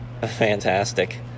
fantastic